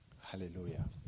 Hallelujah